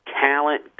talent